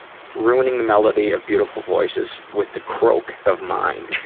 ruining the melody of beautiful voices with the croak of mine.